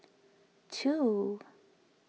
two